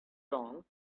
wrong